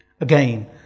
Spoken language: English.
Again